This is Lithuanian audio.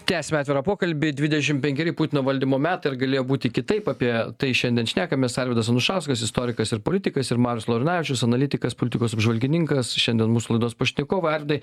tęsiame atvirą pokalbį dvidešim penkeri putino valdymo metai ar galėjo būti kitaip apie tai šiandien šnekamės arvydas anušauskas istorikas ir politikas ir marius laurinavičius analitikas politikos apžvalgininkas šiandien mūsų laidos pašnekovai arvydai